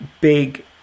Big